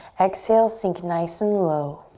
exhale, sink nice and low.